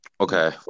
Okay